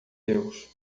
deus